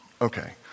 okay